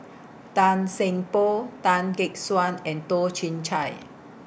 Tan Seng Poh Tan Gek Suan and Toh Chin Chye